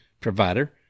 provider